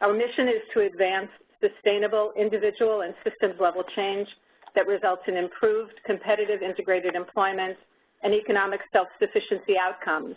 our mission is to advance sustainable individual and systems level change that results in improved competitive integrated employment and economic self-sufficiency outcomes